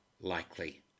likely